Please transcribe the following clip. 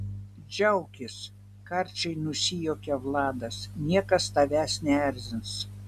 džiaukis karčiai nusijuokia vladas niekas tavęs neerzins